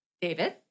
David